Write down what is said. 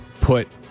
put